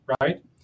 right